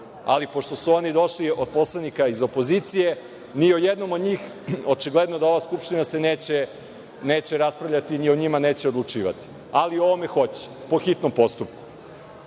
Ali, pošto su oni došli od poslanika iz opozicije, ni o jednom od njih očigledno da ova Skupština neće raspravljati, ni o njima neće odlučivati, ali o ovome hoće, po hitnom